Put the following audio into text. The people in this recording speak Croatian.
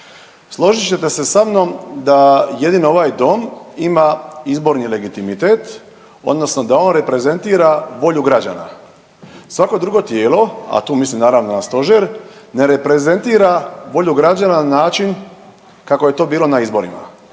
Složit ćete se sa mnom da jedino ovaj dom ima izborni legitimitet odnosno da on reprezentira volju građana. Svako drugo tijelo, a tu mislim naravno na stožer ne reprezentira volju građana na način kako je to bilo na izborima.